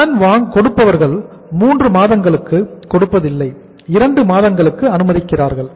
கடன் கொடுப்பவர்கள் மூன்று மாதங்களுக்கு கொடுப்பதில்லை இரண்டு மாதங்களுக்கு அனுமதிக்கின்றனர்